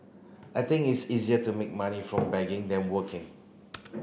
I think it's easier to make money from begging than working